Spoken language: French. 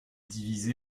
divisé